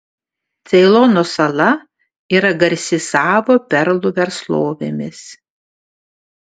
ceilono sala yra garsi savo perlų verslovėmis